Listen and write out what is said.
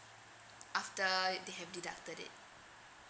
after they have deducted it